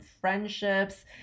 friendships